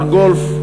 פארק גולף,